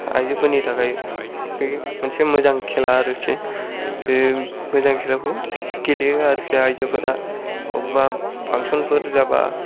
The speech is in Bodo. आयजोफोरनि थाखाय बे मोनसे मोजां खेला आरोखि बे मोजां खेलाखौ गेलेयो आरोखि आयजोफोरा बबेयावबा फांसन फोर जाबा